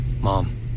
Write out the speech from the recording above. mom